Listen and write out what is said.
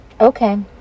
okay